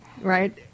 right